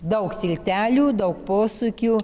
daug tiltelių daug posūkių